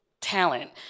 talent